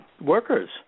workers